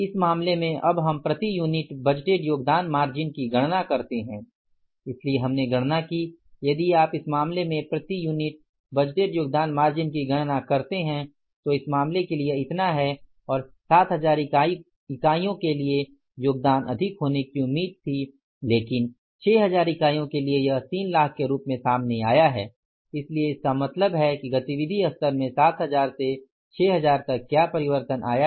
इस मामले में अब हम प्रति यूनिट बजटेड योगदान मार्जिन की गणना करते हैं इसलिए हमने गणना की यदि आप इस मामले में प्रति यूनिट बजटेड योगदान मार्जिन की गणना करते हैं तो इस मामले के लिए यह इतना है और 7000 इकाइयों के लिए योगदान अधिक होने की उम्मीद थी लेकिन 6000 इकाइयों के लिए यह 3 लाख के रूप में सामने आया है इसलिए इसका मतलब है कि गतिविधि स्तर में 7000 से 6000 तक क्या परिवर्तन आया है